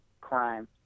crime